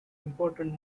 important